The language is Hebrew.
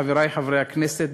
חברי חברי הכנסת,